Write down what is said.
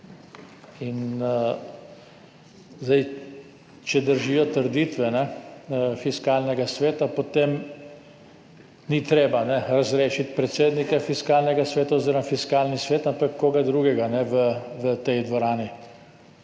In zdaj, če držijo trditve Fiskalnega sveta, potem ni treba razrešiti predsednika Fiskalnega sveta oziroma Fiskalnega sveta, ampak koga drugega v tej dvorani,